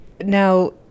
Now